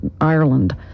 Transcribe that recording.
Ireland